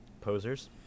Posers